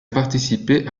participé